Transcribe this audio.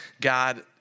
God